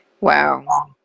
Wow